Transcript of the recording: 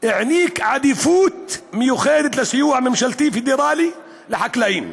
העניק עדיפות מיוחדת לסיוע הממשלתי הפדרלי לחקלאים.